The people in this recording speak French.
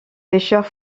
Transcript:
pêcheurs